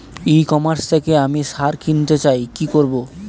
ই commerce থেকে আমি সার কিনতে চাই কি করব?